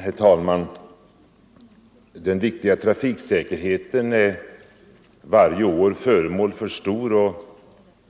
Herr talman! Den viktiga trafiksäkerheten är varje år föremål för stor och